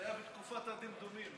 זה היה בתקופת הדמדומים.